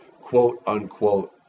quote-unquote